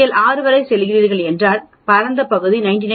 நீங்கள் 6 வரை செல்கிறீர்கள் என்றால் பரந்த பகுதி 99